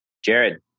Jared